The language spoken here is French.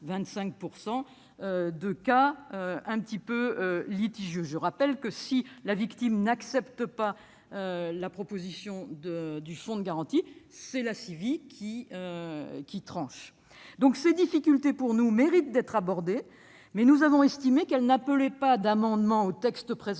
25 % de cas litigieux. Je le rappelle, si la victime n'accepte pas la proposition du Fonds de garantie, c'est la CIVI qui tranche. Ces difficultés, selon nous, méritent d'être abordées, mais nous avons estimé qu'elles n'appelaient pas d'amendements au présent